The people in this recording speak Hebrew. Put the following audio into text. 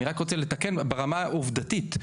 אני רק רוצה לתקן ברמה העובדתית.